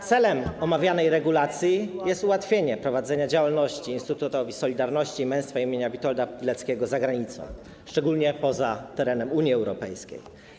Celem omawianej regulacji jest ułatwienie prowadzenia działalności Instytutowi Solidarności i Męstwa imienia Witolda Pileckiego za granicą, szczególnie poza terenem Unii Europejskiej.